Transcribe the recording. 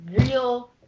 real